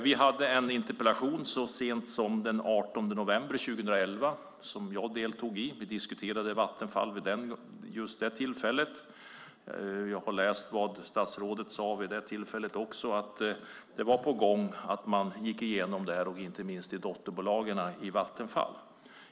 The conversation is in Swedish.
Vi hade en interpellationsdebatt så sent som den 18 november 2010, som jag deltog i, där vi diskuterade Vattenfall. Då sade statsrådet att det var på gång att man gick igenom det här, inte minst i dotterbolagen i Vattenfall.